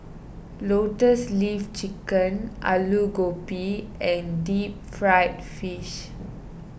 Lotus Leaf Chicken Aloo Gobi and Deep Fried Fish